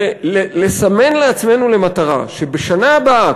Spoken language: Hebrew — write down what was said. ולסמן לעצמנו מטרה שבשנה הבאה,